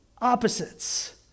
Opposites